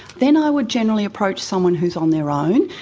then i would generally approach someone who's on their own,